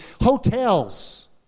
hotels